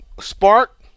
spark